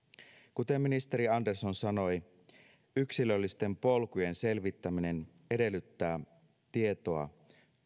kuten ministeri andersson sanoi yksilöllisten polkujen selvittäminen edellyttää tietoa